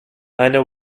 eine